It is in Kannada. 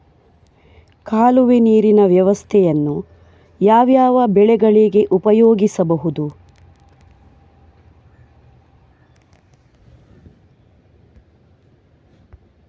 ಕಾಲುವೆ ನೀರಿನ ವ್ಯವಸ್ಥೆಯನ್ನು ಯಾವ್ಯಾವ ಬೆಳೆಗಳಿಗೆ ಉಪಯೋಗಿಸಬಹುದು?